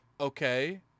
Okay